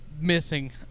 missing